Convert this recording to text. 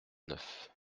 neuf